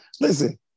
Listen